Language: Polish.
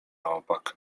opak